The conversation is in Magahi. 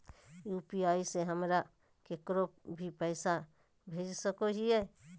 यू.पी.आई से हम केकरो भी पैसा भेज सको हियै?